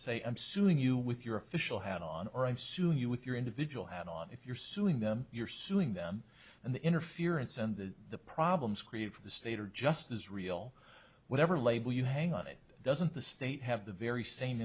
say i'm suing you with your official hat on or i'm soon you with your individual hat on if you're suing them you're suing them and the interference and the the problems created for the state are just as real whatever label you hang on it doesn't the state have the very same